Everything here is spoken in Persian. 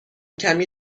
کمی